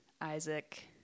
Isaac